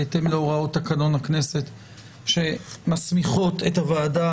בהתאם להוראות תקנון הכנסת שמסמיכות את הוועדה